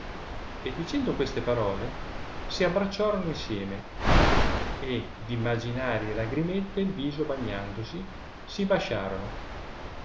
e dicendo queste pai ole si abbracciorono insieme ed'imaginarie lagrimette il viso bagnandosi si basciorono